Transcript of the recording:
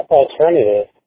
alternative